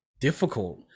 difficult